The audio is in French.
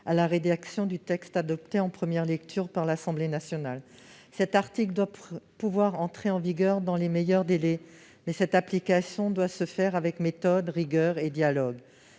à la rédaction du texte adoptée par l'Assemblée nationale. Cette partie de l'article 15 doit pouvoir entrer en vigueur dans les meilleurs délais, mais cette application doit se faire avec méthode, rigueur et dialogue.